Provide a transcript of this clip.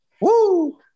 Woo